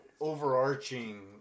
overarching